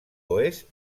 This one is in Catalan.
oest